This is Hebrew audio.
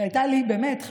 באמת,